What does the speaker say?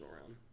round